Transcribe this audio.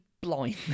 blind